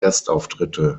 gastauftritte